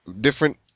different